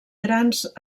grans